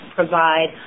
provide